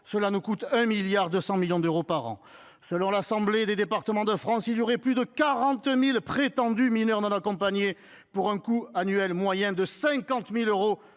Cela nous coûte 1,2 milliard d’euros par an. Selon l’Assemblée des départements de France (ADF), il y aurait plus de 40 000 prétendus mineurs non accompagnés pour un coût annuel moyen de 50 000 euros